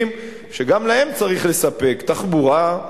שגם להם צריך לספק תחבורה,